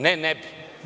Ne ne bi.